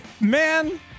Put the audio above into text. Man